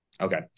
Okay